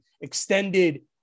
extended